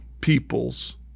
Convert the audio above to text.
peoples